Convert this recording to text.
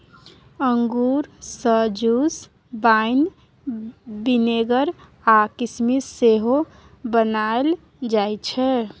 अंगुर सँ juice, wine, vinegar आ किसमिस सेहो बनाएल जाइ छै